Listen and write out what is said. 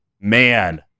man